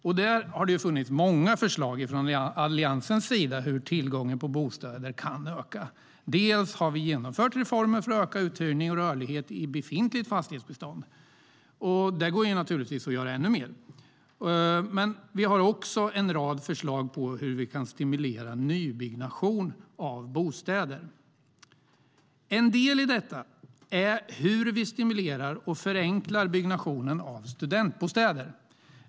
Alliansen har många förslag på hur tillgången på bostäder kan öka. Vi har genomfört reformer för att öka uthyrning och rörlighet i befintligt fastighetsbestånd, och där går att göra ännu mer. Vi har också en rad förslag på hur vi kan stimulera nybyggnation av bostäder. En del i detta är hur vi stimulerar och förenklar byggnation av studentbostäder.